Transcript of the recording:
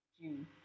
June